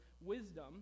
wisdom